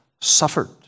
suffered